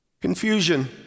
Confusion